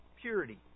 Purity